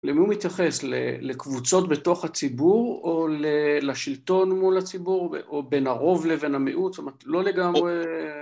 למי הוא מתייחס? לקבוצות בתוך הציבור? או לשלטון מול הציבור? או בין הרוב לבין המיעוט? זאת אומרת, לא לגמרי